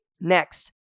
Next